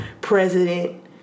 president